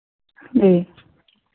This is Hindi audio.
जी